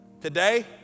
Today